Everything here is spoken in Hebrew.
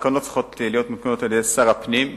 התקנות צריכות להיות מותקנות על-ידי שר הפנים,